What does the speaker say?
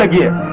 ah you